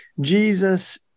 Jesus